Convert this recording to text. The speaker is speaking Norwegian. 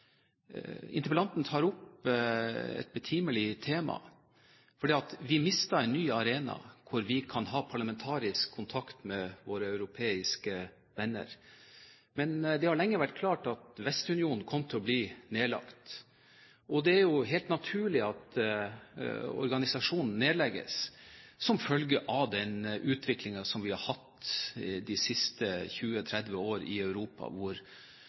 Interpellanten tar opp et betimelig tema, for vi mister en ny arena hvor vi kan ha parlamentarisk kontakt med våre europeiske venner. Det har lenge vært klart at Vestunionen kom til å bli nedlagt, og det er helt naturlig at organisasjonen nedlegges som følge av den utviklingen vi har hatt de siste 20–30 år i Europa.